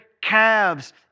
calves